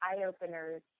eye-openers